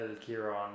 Kieran